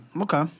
Okay